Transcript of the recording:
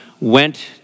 went